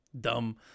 dumb